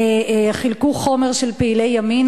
חילקו חומר של פעילי ימין,